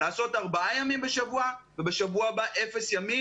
לקבוע ארבעה ימים בשבוע ובשבוע לאחר מכן אפס ימים.